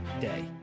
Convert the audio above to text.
day